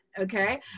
Okay